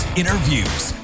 interviews